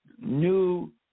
new